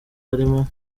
harimo